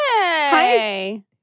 Hey